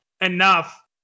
enough